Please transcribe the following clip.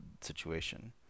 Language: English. situation